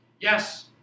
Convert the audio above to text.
Yes